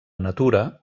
natura